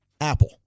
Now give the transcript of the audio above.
Apple